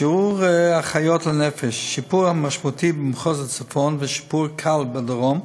שיעור האחיות לנפש: שיפור משמעותי במחוז הצפון ושיפור קל בדרום,